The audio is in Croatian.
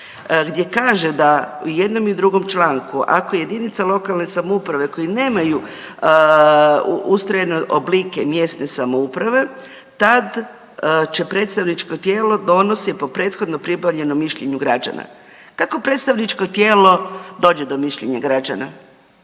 gdje kaže da u jednom i drugom članku, ako jedinice lokalne samouprave koje nemaju ustrojene oblike mjesne samouprave, tad će predstavničko tijelo donosi, po prethodno pribavljenom mišljenju građana. Kako predstavničko tijelo dođe do mišljenja građana?